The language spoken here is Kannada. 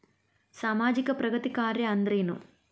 ಸಾಮಾಜಿಕ ಪ್ರಗತಿ ಕಾರ್ಯಾ ಅಂದ್ರೇನು?